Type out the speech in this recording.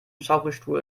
schaukelstuhl